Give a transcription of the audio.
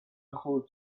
მხოლოდ